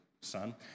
son